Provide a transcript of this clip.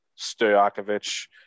Stojakovic